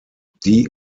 die